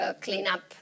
cleanup